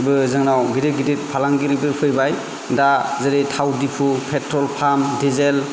बो जोंनाव गिदिर गिदिर फालांगिरिबो फैबाय दा जेरै थाव दिफु पेट्रल पाम्प डिजेल